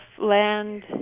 land